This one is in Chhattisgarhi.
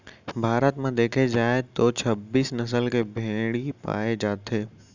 भारत म देखे जाए तो छब्बीस नसल के भेड़ी पाए जाथे